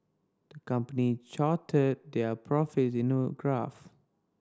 the company charted their profits in a graph